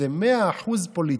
זה מאה אחוז פוליטיקה.